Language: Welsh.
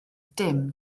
dim